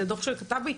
זה דוח של קעטבי,